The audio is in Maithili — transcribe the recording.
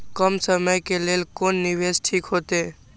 कम समय के लेल कोन निवेश ठीक होते?